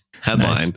Headline